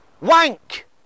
Wank